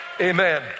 Amen